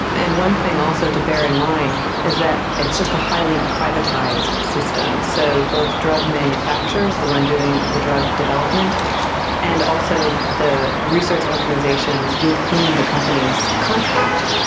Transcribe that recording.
and one thing also to bear in mind is that it's just a highly privatised system. so both drug manufacturers, the one doing the drug development and also the research organisations with whom the companies contract,